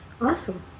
awesome